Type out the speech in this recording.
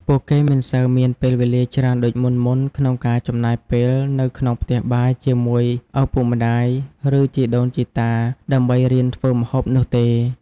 ពួកគេមិនសូវមានពេលវេលាច្រើនដូចមុនៗ ក្នុងការចំណាយពេលនៅក្នុងផ្ទះបាយជាមួយឪពុកម្តាយ ឬជីដូនជីតាដើម្បីរៀនធ្វើម្ហូបនោះទេ។